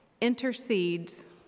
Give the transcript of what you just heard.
intercedes